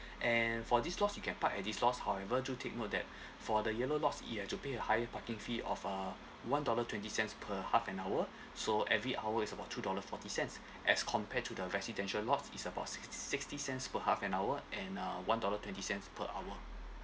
and for this lots you can park at this lots however to take note that for the yellow lots you have to pay a higher parking fee of uh one dollar twenty cents per half an hour so every hour is about two dollar forty cents as compared to the residential lots it's about sixty sixty cents per half an hour and uh one dollar twenty cents per hour